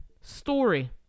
story